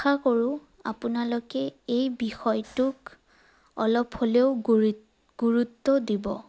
আশা কৰোঁ আপোনালোকে এই বিষয়টোক অলপ হ'লেও গুৰুত্ব দিব